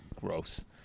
Gross